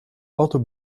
other